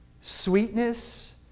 sweetness